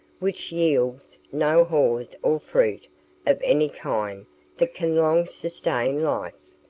which yields no haws or fruit of any kind that can long sustain life.